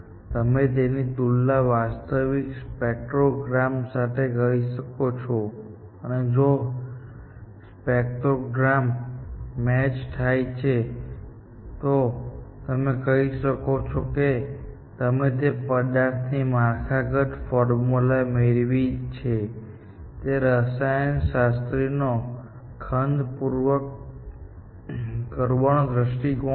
તમે તેની તુલના વાસ્તવિક સ્પેક્ટ્રોગ્રામ સાથે કરી શકો છો અને જો સ્પેક્ટ્રોગ્રામ મેચ થાય છે તો તમે કહી શકો છો કે તમે તે પદાર્થની માળખાગત ફોર્મ્યુલા મેળવી છે તે રસાયણશાસ્ત્રીનો ખંતપૂર્વક કરવાનો દૃષ્ટિકોણ છે